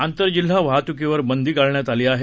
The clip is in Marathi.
आंतरजिल्हा वाहतुकीवर बंदी घालण्यात आली आहे